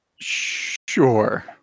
Sure